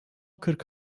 kırk